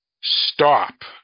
stop